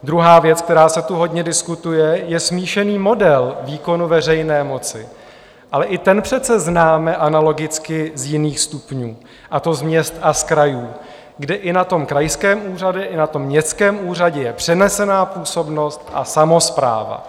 Druhá věc, která se tu hodně diskutuje, je smíšený model výkonu veřejné moci, ale i ten přece známe analogicky z jiných stupňů, a to z měst a z krajů, kde i na krajském úřadě, i na městském úřadě je přenesená působnost a samospráva.